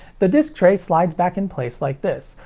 the disc tray slides back in place like this,